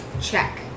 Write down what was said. check